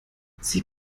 sie